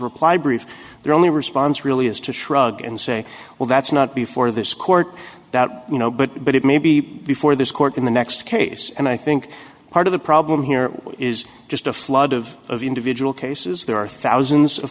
reply brief the only response really is to shrug and say well that's not before this court that you know but it may be before this court in the next case and i think part of the problem here is just a flood of individual cases there are thousands of